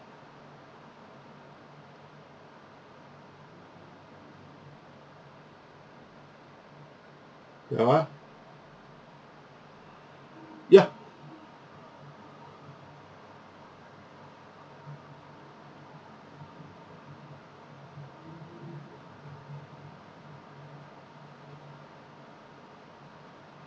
ya ya